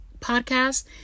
podcast